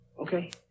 okay